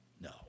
No